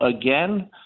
again